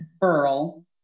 pearl